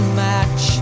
match